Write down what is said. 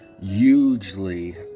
hugely